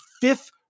fifth